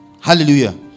Hallelujah